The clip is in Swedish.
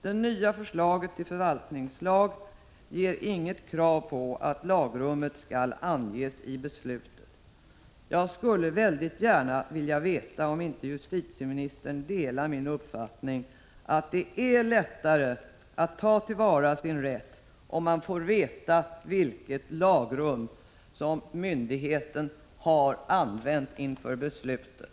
Det nya förslaget till förvaltningslag ställer inget krav på att lagrummet skall anges i besluten. Jag skulle väldigt gärna vilja veta om justitieministern delar min uppfattning att det är lättare att ta till vara sin rätt, om man får veta vilket lagrum som myndigheten har använt inför beslutet.